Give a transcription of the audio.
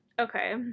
okay